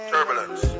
Turbulence